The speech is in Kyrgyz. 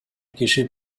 киши